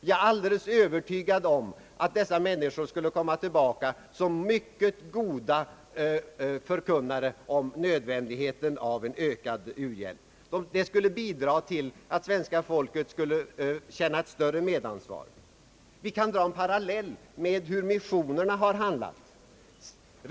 Jag är alldeles övertygad om att dessa människor skulle komma tillbaka som mycket goda förkunnare av nödvändigheten med ökad u-hjälp. Det skulle bidra till, att svenska folket skulle känna ett större medansvar. Vi kan dra en parallell med hur missionerna har handlat.